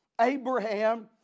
Abraham